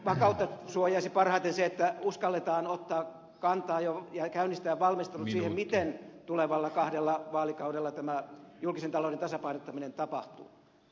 vakautta suojaisi parhaiten se että uskalletaan ottaa kantaa ja käynnistää valmistelut siihen miten tulevalla kahdella vaalikaudella tämä julkisen talouden tasapainottaminen tapahtuu